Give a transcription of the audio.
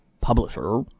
publisher